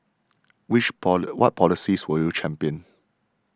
which what policies will you champion